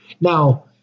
Now